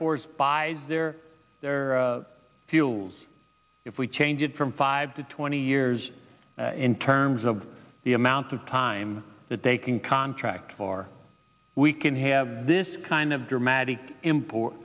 force buy their their fuels if we change it from five to twenty years in terms of the amount of time that they can contract for we can have this kind of dramatic import